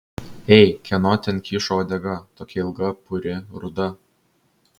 ei kieno ten kyšo uodega tokia ilga puri ruda